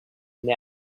nap